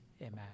amen